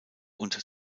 und